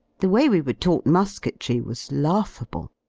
the way we were taught musketry was laughable.